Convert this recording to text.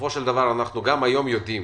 אנחנו היום יודעים